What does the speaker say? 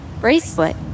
Bracelet